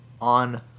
on